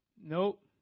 Nope